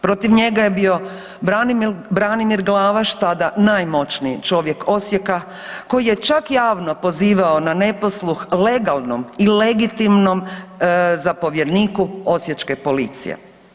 Protiv njega je bio Branimir Glavaš tada najmoćniji čovjek Osijeka koji je čak javno pozivao na neposluh legalnom i legitimnom zapovjedniku osječke policije.